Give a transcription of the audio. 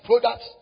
products